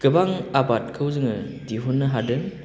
गोबां आबादखौ जोङो दिहुननो हादों